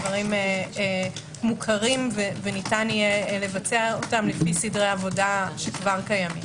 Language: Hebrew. הדברים מוכרים וניתן יהיה לבצע אותם לפי סדרי עבודה שכבר קיימים.